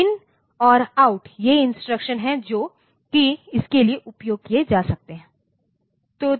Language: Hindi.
तो इन और आउट ये इंस्ट्रक्शन हैं जो कि इसके लिए उपयोग किए जा सकते हैं